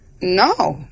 No